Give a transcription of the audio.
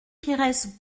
pires